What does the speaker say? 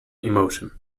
emotion